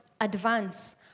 advance